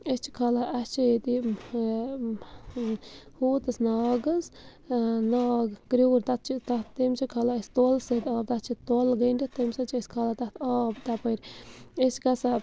أسۍ چھِ کھالان اَسہِ چھِ ییٚتہِ ہوٗتَس ناگ حظ ناگ کرٛیوٗر تَتھ چھِ تَتھ تِم چھِ کھالان أسۍ تولہٕ سۭتۍ آب تَتھ چھِ تولہٕ گٔنٛڈِتھ تمہِ سۭتۍ چھِ أسۍ کھالان تَتھ آب تَپٲرۍ أسۍ گژھان